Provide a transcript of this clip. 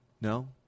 No